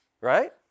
Right